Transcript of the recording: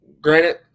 Granted